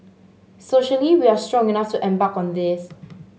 socially we are strong enough to embark on this